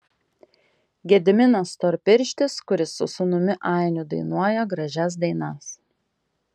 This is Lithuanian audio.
gediminas storpirštis kuris su sūnumi ainiu dainuoja gražias dainas